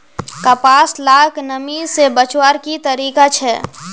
कपास लाक नमी से बचवार की तरीका छे?